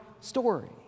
story